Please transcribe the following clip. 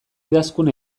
idazkun